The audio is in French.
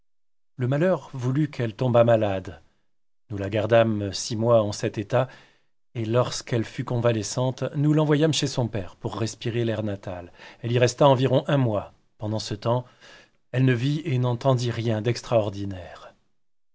le malheur voulut qu'elle tomba malade nous la gardâmes six mois en cet état et lorsqu'elle fut convalescente nous l'envoyâmes chez son père pour respirer l'air natal elle y resta environ un mois pendant ce tems elle ne vit et n'entendit rien d'extraordinaire